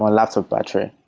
lots of battery.